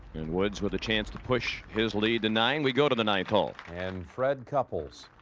and woods with a chance to push his lead to nine. we go to the ninth hole. and fred couples